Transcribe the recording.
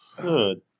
Good